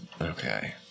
Okay